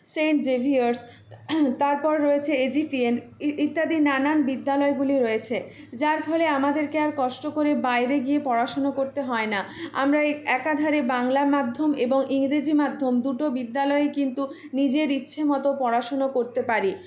Saint Xavier's তারপর রয়েছে AGPN ইত্যাদি নানান বিদ্যালয়গুলি রয়েছে যার ফলে আমাদেরকে আর কষ্ট করে বাইরে গিয়ে পড়াশুনো করতে হয় না আমরা এই একাধারে বাংলা মাধ্যম এবং ইংরেজি মাধ্যম দুটো বিদ্যালয়েই কিন্তু নিজের ইচ্ছেমতো পড়াশুনো করতে পারি